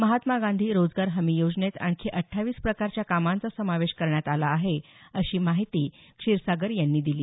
महात्मा गांधी रोजगार हमी योजनेत आणखी अठ्ठावीस प्रकारच्या कामांचा समावेश करण्यात आला आहे अशी माहिती मंत्री क्षीरसागर यांनी दिली